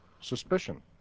suspicion